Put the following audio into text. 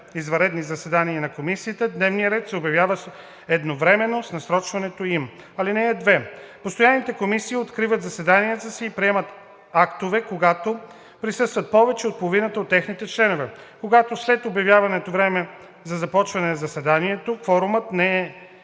извънредни заседания на комисиите, дневният ред се обявява едновременно с насрочването им. (2) Постоянните комисии откриват заседанията си и приемат актове, когато присъстват повече от половината от техните членове. Когато след обявеното време за започване на заседанието кворумът не е